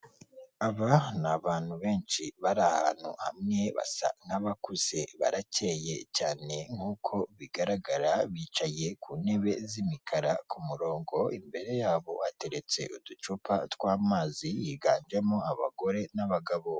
Aba ni abantu benshi bari ahantu hamwe basa nk'abakuze baracyeye cyane nkuko bigaragara bicaye ku ntebe z'imikara ku murongo, imbere yabo hateretse uducupa tw'amazi yiganjemo abagore n'abagabo bombi.